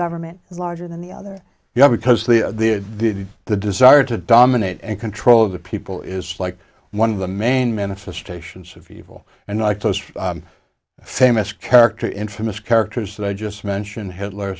government larger than the other you have because the did did the desire to dominate and control of the people is like one of the main manifestations of evil and i tossed a famous character infamous characters that i just mentioned hitler